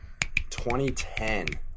2010